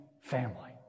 family